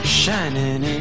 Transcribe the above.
shining